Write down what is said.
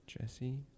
Jesse